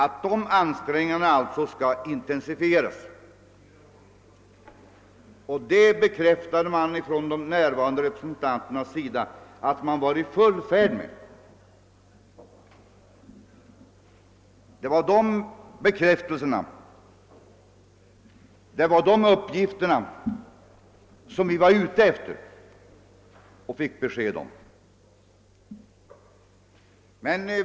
Man bekräftade från de närvarande representanternas sida, att man var i full färd med det. Det var sådana bekräftelser som vi ville ha och fick besked om.